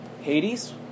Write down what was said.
Hades